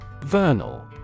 Vernal